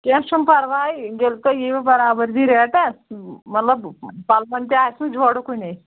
کیٚنٛہہ چھُنہٕ پَرواے ییٚلہِ تُہۍ یِیِو برابٔدِی ریٹَس مطلب پَلوَن تہِ آسہِ نہٕ جوڑٕ کُنَے